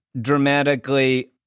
dramatically